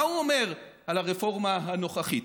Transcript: מה הוא אומר על הרפורמה הנוכחית?